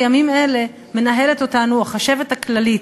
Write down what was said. מנהלת אותנו החשבת הכללית,